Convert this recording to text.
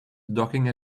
docking